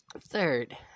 third